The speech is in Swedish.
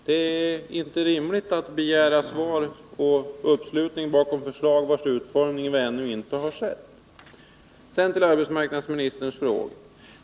Det ärinte rimligt att begära uppslutning bakom förslag vilkas utformning vi ännu inte har sett. Så till arbetsmarknadsministerns frågor.